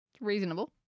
Reasonable